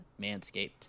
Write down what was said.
manscaped